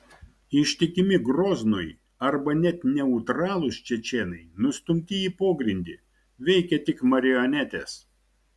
ištikimi groznui arba net neutralūs čečėnai nustumti į pogrindį veikia tik marionetės